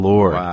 Lord